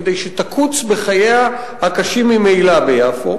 כדי שתקוץ בחייה הקשים ממילא ביפו